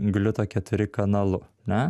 gliuto keturi kanalu ar ne